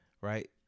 Right